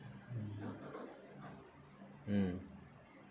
mm mm